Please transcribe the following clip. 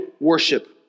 worship